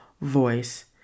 voice